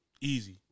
easy